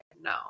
no